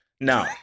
now